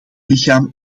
lichaam